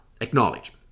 acknowledge